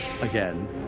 Again